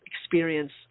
experience